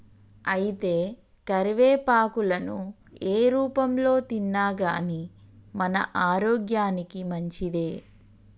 అయితే కరివేపాకులను ఏ రూపంలో తిన్నాగానీ మన ఆరోగ్యానికి మంచిదే